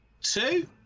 two